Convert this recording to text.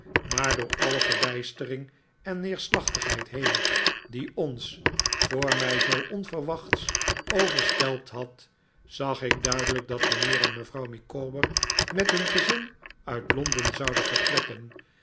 maar door alle verbijstering en neerslachtigheid heen die ons voor mij zoo onverwachts overstelpt had zag ik duidelijk dat mijnheer en mevrouw micawber met hun gezin uit londen zouden vertrekken